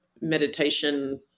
meditation